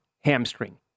hamstring